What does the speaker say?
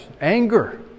Anger